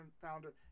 founder